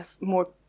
more